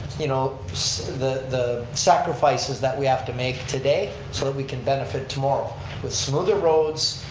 you know the the sacrifices that we have to make today so that we can benefit tomorrow with smoother roads,